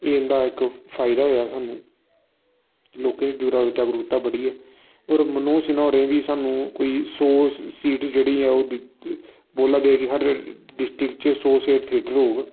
एह् इं'दा इक फायदा होएआ सानू लोकें गी दूरा जागरूकता बड़ी ऐ होर मनोज सिंहा होरें बी सानू कोई सौ सीट जेह्ड़ी ऐ ओह् बोला दे कि हर डिस्ट्रिक्ट च सौ सीट थेटर होग